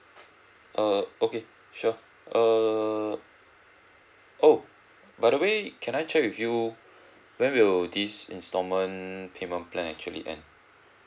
err okay sure err oh by the way can I check with you when will this installment payment plan actually end